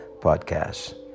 Podcasts